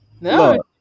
No